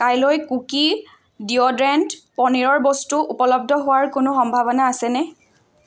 কাইলৈ কুকি ডিঅ'ড্ৰেণ্ট পনীৰৰ বস্তু উপলব্ধ হোৱাৰ কোনো সম্ভাৱনা আছেনে